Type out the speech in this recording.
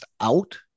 out